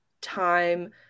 time